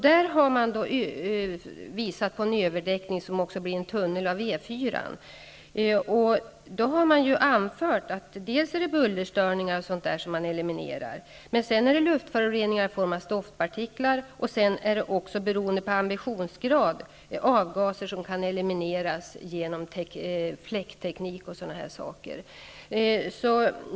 Där har man visat på en överdäckning av E 4-an som också blir en biltunnel. Det har anförts att man eliminerar bullerstörningar men också luftföroreningar i form av stoftpartiklar, och även avgaser kan, beroende på ambitionsgrad, elimineras genom fläktteknik och liknande.